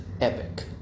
epic